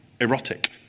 erotic